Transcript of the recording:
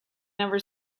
never